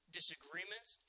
disagreements